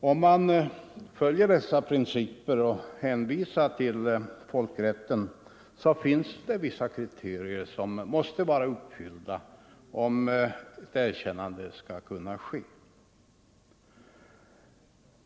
Om man tillämpar dessa principer och hänvisar till folkrätten finns det vissa kriterier som måste vara uppfyllda om ett erkännande skall kunna ske.